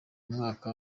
mwaka